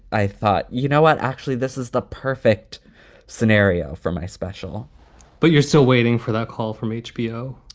i thought, you know what? actually, this is the perfect scenario for my special but you're still waiting for that call from hbo?